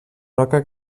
roca